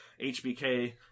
HBK